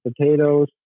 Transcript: potatoes